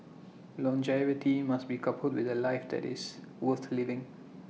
longevity must be coupled with A life that is worth living